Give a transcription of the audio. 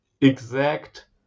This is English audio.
exact